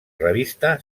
revista